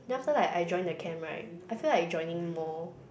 then after like I join the camp right I feel like joining more